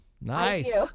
Nice